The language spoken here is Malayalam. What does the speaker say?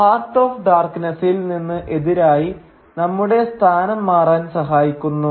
ഹാർട്ട് ഓഫ് ഡാർക്ക്നസ്സിൽ നിന്ന് എതിരായി നമ്മുടെ സ്ഥാനം മാറാൻ സഹായിക്കുന്നു